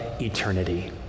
eternity